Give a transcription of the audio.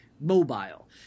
mobile